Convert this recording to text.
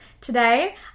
Today